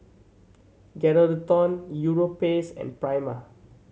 Geraldton Europace and Prima